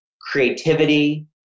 creativity